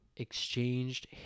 exchanged